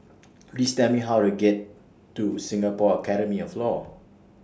Please Tell Me How to get to Singapore Academy of law